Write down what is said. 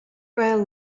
while